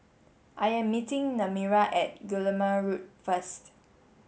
I am meeting Nehemiah at Guillemard Road first